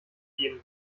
geben